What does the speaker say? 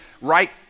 right